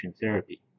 Therapy